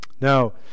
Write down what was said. Now